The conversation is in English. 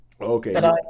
Okay